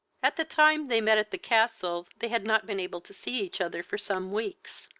at the time they met at the castle they had not been able to see each other for some weeks,